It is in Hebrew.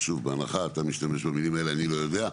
שוב, בהנחה שאתה משתמש במילים האלו - אני לא יודע.